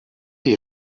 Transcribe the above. die